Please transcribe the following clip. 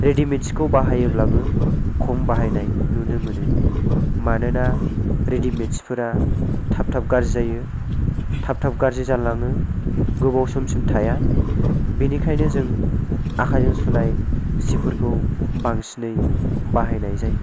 readymade सिखौ बाहायोब्लाबो खम बाहायनाय नुनो मोनो मानोना रेडिमेड सिफोरा थाब थाब गाज्रि जायो थाब थाब गाज्रि जालाङो गोबाव समसिम थाया बेनिखायनो जों आखाइजों सुनाय सिफोरखौ बांसिनै बाहायनाय जायो